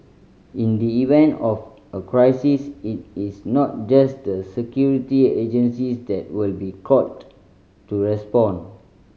in the event of a crisis it is not just the security agencies that will be called to respond